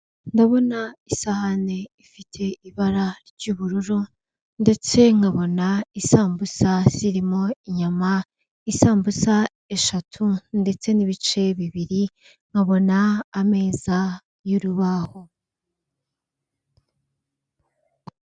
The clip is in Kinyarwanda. Ndabona isahani ifite ibara ry'ubururu ndetse nkabona isambusa zirimo inyama, isambusa eshatu ndetse n'ibice bibiri, nkabona ameza y'urubaho.